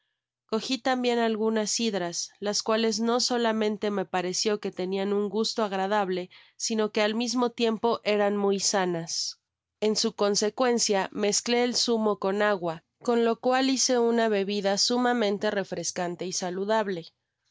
tambien algunas cidras las cuales no solamente me pareció que tenian un gusto agradable sino que al mismo tiempo eran muy sanas en su consecuencia mezclé el zumo con agua con lo cual hice ana bebida sumamente refrescante y saludable